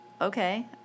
Okay